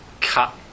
cut